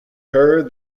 her